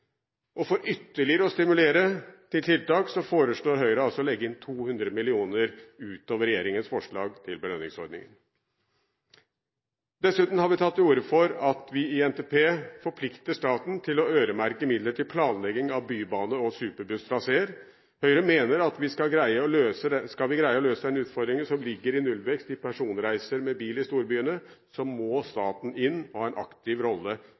belønningsordningen. For ytterligere å stimulere til tiltak foreslår Høyre å legge inn 200 mill. kr utover regjeringens forslag til belønningsordningen. Dessuten har vi tatt til orde for at vi i NTP forplikter staten til å øremerke midler til planlegging av bybane- og superbusstraseer. Høyre mener at skal vi greie å løse den utfordringen som ligger i nullvekst i personreiser med bil i storbyene, må staten innta en mer aktiv rolle